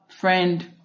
friend